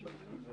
הישיבה ננעלה